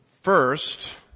first